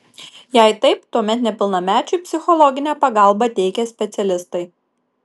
jei taip tuomet nepilnamečiui psichologinę pagalbą teikia specialistai